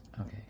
Okay